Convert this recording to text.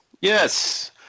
Yes